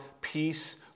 Peace